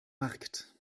markt